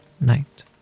night